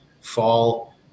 fall